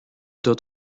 dot